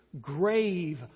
grave